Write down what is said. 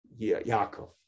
Yaakov